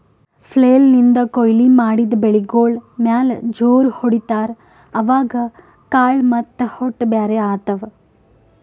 flail ನಿಂದ್ ಕೊಯ್ಲಿ ಮಾಡಿದ್ ಬೆಳಿಗೋಳ್ ಮ್ಯಾಲ್ ಜೋರ್ ಹೊಡಿತಾರ್, ಅವಾಗ್ ಕಾಳ್ ಮತ್ತ್ ಹೊಟ್ಟ ಬ್ಯಾರ್ ಆತವ್